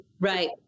Right